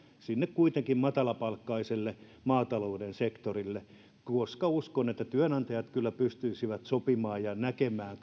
sinne kuitenkin matalapalkkaiselle maatalouden sektorille koska uskon että työnantajat kyllä pystyisivät sopimaan ja näkemään